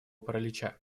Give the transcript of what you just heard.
паралича